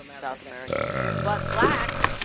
um south american, caribbean. but black,